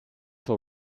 for